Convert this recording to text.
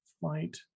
Flight